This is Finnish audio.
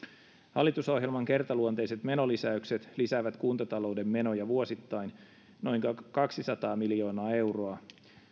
hallitusohjelman kertaluonteiset menolisäykset lisäävät kuntatalouden menoja vuosittain noin kaksisataa miljoonaa euroa